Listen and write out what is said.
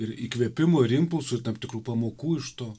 ir įkvėpimo ir impulsų ir tam tikrų pamokų iš to